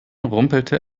rumpelte